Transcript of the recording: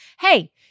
hey